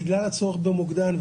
בגלל הצורך במוקדן,